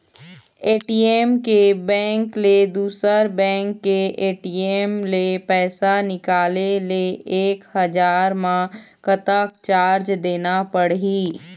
ATM के bank ले दुसर बैंक के ए.टी.एम ले पैसा निकाले ले एक हजार मा कतक चार्ज देना पड़ही?